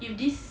if this